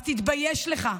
אז תתבייש לך.